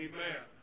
Amen